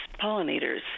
pollinators